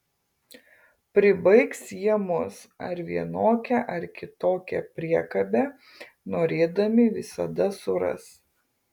pribaigs jie mus ar vienokią ar kitokią priekabę norėdami visada suras